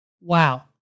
wow